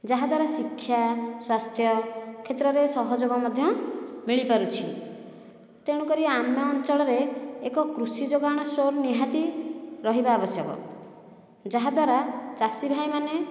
ଯାହାଦ୍ୱାରା ଶିକ୍ଷା ସ୍ୱାସ୍ଥ୍ୟ କ୍ଷେତ୍ରରେ ସହଯୋଗ ମଧ୍ୟ ମିଳିପାରୁଛି ତେଣୁକରି ଆମେ ଅଞ୍ଚଳରେ ଏକ କୃଷି ଯୋଗାଣ ଷ୍ଟୋର୍ ନିହାତି ରହିବା ଆବଶ୍ୟକ ଯାହାଦ୍ୱାରା ଚାଷୀ ଭାଇମାନେ